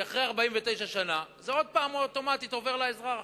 כי אחרי 49 שנה זה עובר שוב אוטומטית לאזרח.